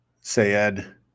Sayed